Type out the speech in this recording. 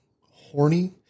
horny